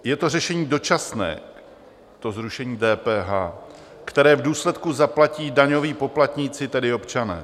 Je to řešení dočasné, to zrušení DPH, které v důsledku zaplatí daňoví poplatníci, tedy občané.